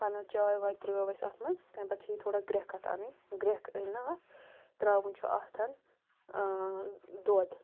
پَنٛنٕۍ چاے وٲے ترٲو اسہِ اَتھ منٛز تَمہِ پَتہٕ چھِ یہِ تھوڑا گرٮ۪کھ اَتھ اَنٛنۍ گرٮ۪کھ أنۍ نا اَتھ تراوُن چھُ اَتھ دۄد